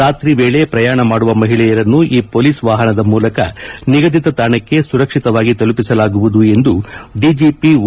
ರಾತ್ರಿ ವೇಳೆ ಪ್ರಯಾಣ ಮಾದುವ ಮಹಿಳೆಯರನ್ನು ಈ ಪೊಲೀಸ್ ವಾಹನದ ಮೂಲಕ ನಿಗದಿತ ತಾಣಕ್ಕೆ ಸುರಕ್ಷಿತವಾಗಿ ತಲುಪಿಸಲಾಗುವುದು ಎಂದು ಡಿಜಿಪಿ ಓ